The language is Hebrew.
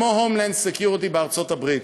כמוHomeland Security" " בארצות-הברית,